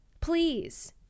please